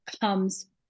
comes